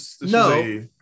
no